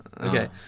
Okay